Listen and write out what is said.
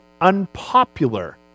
unpopular